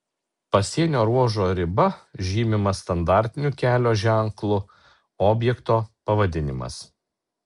pasienio ruožo riba žymima standartiniu kelio ženklu objekto pavadinimas